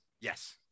yes